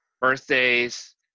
birthdays